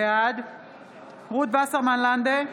בעד רות וסרמן לנדה,